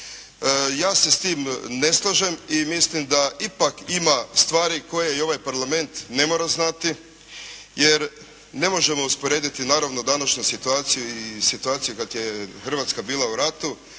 Ja se s tim ne slažem i mislim da ipak ima stvari koje ovaj Parlament ne mora znati, jer ne možemo usporediti naravno današnju situaciju i situaciju kad je Hrvatska bila u ratu,